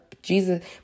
Jesus